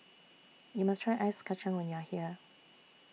YOU must Try Ice Kacang when YOU Are here